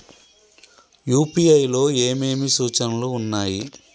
UPI లో ఏమేమి సూచనలు ఉన్నాయి?